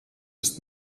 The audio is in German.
ist